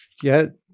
get